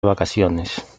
vacaciones